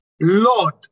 Lord